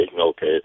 okay